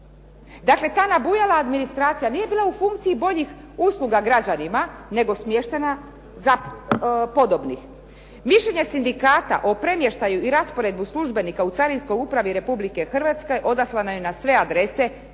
Dakle, ta nabujala administracija nije bila u funkciji bojnih usluga građanima, nego smještena za podobnih. Mišljenje sindikata o premještaju i rasporedu službenika u Carinskoj upravi Republike Hrvatske odaslano je na sve adrese,